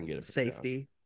safety